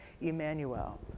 Emmanuel